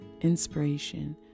inspiration